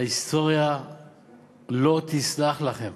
ההיסטוריה לא תסלח לכם